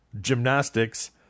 gymnastics